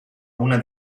una